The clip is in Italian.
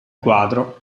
quadro